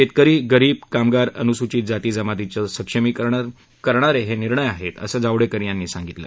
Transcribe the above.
शेतकरी गरीब कामगार अनुसूचित जाती जमातीच्या सक्षमीकरणाचे हे निर्णय आहेत असं जावडेकर यांनी सांगितलं